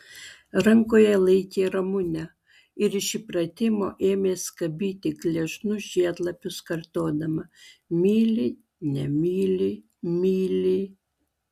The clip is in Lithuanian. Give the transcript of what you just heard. rankoje laikė ramunę ir iš įpratimo ėmė skabyti gležnus žiedlapius kartodama myli nemyli myli